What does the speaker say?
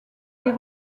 est